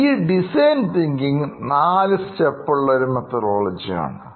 ഇത് നാല് സ്റ്റെപ്പ് ഉള്ള ഒരു methodology ആണ്